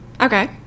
okay